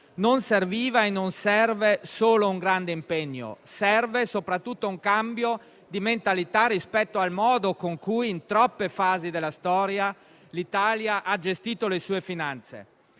non serviva e non serve solo un grande impegno: serve soprattutto un cambio di mentalità rispetto al modo con cui, in troppe fasi della storia, l'Italia ha gestito le sue finanze.